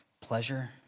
pleasure